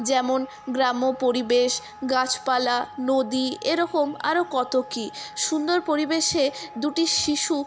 যেমন গ্রাম্য পরিবেশ গাছপালা নদী এরকম আরও কত কী সুন্দর পরিবেশে দুটি শিশু